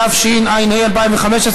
התשע"ה 2015,